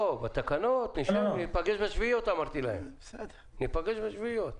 לא, אמרתי להם שניפגש בשביעיות.